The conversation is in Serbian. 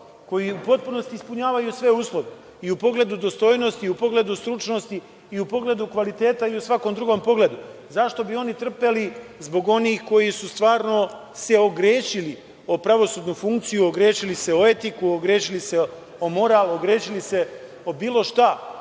koji u potpunosti ispunjavaju sve uslove u pogledu dostojnosti, u pogledu stručnosti i u pogledu kvaliteta i u svakom drugom pogledu. Zašto bi oni trpeli zbog onih koji su se stvarno ogrešili o pravosudnu funkciju, ogrešili se o etiku, ogrešili se o moral, ogrešili se o bilo šta